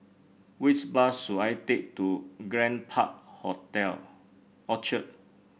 which bus should I take to Grand Park Hotel Orchard